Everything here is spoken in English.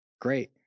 great